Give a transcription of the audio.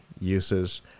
uses